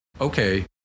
okay